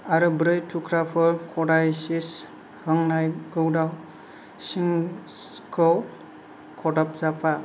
आरो ब्रै थुख्राफोर कदाइ चिस हांनाय गौदा चिसखौ खदाजाबफा